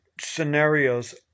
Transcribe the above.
scenarios